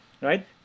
right